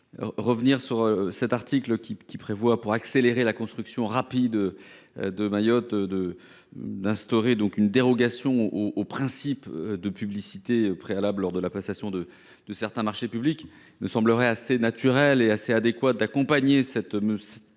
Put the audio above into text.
revenir sur cet article qui, afin d’accélérer la reconstruction rapide de Mayotte, prévoit d’instaurer une dérogation aux principes de publicité préalable lors de la passation de certains marchés publics. Il me semblerait assez naturel et parfaitement adéquat d’accompagner cette mesure